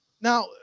Now